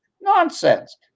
Nonsense